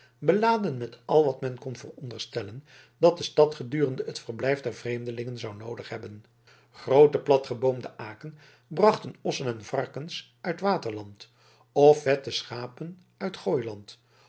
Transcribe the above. beladen met al wat men kon veronderstellen dat de stad gedurende het verblijf der vreemdelingen zou noodig hebben groote platgeboomde aken brachten ossen en varkens uit waterland of vette schapen uit